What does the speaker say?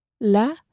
La